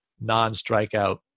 non-strikeout